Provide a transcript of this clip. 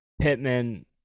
Pittman